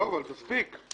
דב, מספיק.